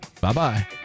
Bye-bye